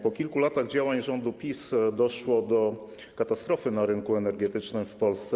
Po kilku latach działań rządu PiS doszło do katastrofy na rynku energetycznym w Polsce.